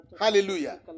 Hallelujah